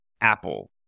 apple